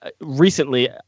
recently